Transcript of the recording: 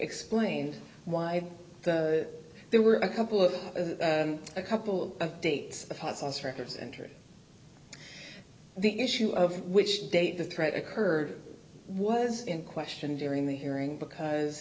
explains why there were a couple of a couple of dates of hot sauce records entered the issue of which date the threat occurred was in question during the hearing because